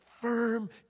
firm